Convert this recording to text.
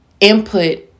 input